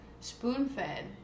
spoon-fed